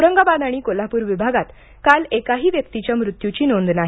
औरंगाबाद आणि कोल्हापूर विभागात काल एकाही व्यक्तीच्या मृत्यूची नोंद नाही